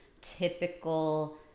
typical